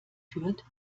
führt